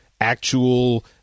actual